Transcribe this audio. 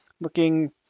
looking